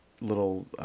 little